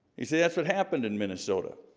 he said that's what happened in, minnesota